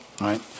right